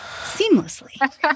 seamlessly